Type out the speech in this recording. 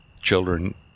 children